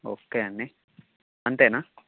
okay అండి అంతేనా